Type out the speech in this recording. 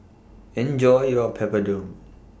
Enjoy your Papadum